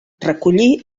recollí